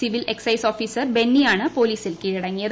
civil excise officer ബെന്നിയാണ് പോലീസിൽ കീഴടങ്ങിയത്